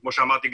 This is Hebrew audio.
וכמו שאמרתי,